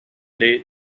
day